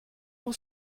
pour